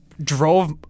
drove